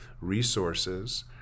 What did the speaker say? resources